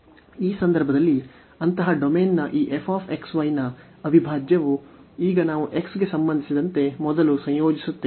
ಈ ಸಂದರ್ಭದಲ್ಲಿ ಅಂತಹ ಡೊಮೇನ್ನ ಈ f x y ನ ಅವಿಭಾಜ್ಯವು ಈಗ ನಾವು x ಗೆ ಸಂಬಂಧಿಸಿದಂತೆ ಮೊದಲು ಸಂಯೋಜಿಸುತ್ತೇವೆ